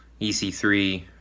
EC3